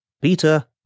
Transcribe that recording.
Peter